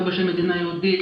לא בשם מדינה יהודית,